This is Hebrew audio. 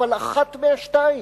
אבל אחת מהשתיים,